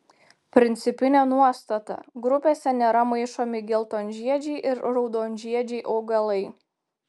principinė nuostata grupėse nėra maišomi geltonžiedžiai ir raudonžiedžiai augalai